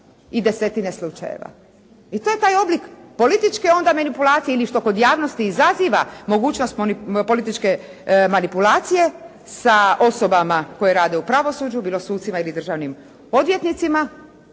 I to je taj oblik političke onda manipulacije ili što kod javnosti izaziva mogućnost političke manipulacije sa osobama koje rade u pravosuđu, bilo sucima ili državnim odvjetnicima,